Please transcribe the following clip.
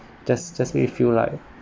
just just make you feel like